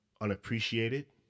unappreciated